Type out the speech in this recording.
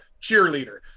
cheerleader